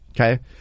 Okay